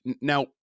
now